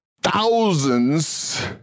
thousands